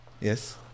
Yes